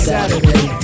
Saturday